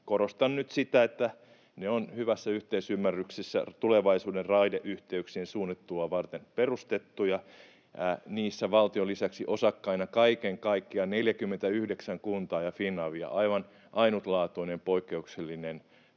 Korostan nyt sitä, että ne on hyvässä yhteisymmärryksessä tulevaisuuden raideyhteyksien suunnittelua varten perustettuja. Niissä on valtion lisäksi osakkaina kaiken kaikkiaan 49 kuntaa ja Finavia. Aivan ainutlaatuinen, poikkeuksellinen